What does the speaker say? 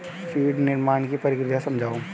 feed निर्माण की प्रक्रिया समझाओ